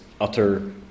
utter